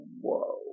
whoa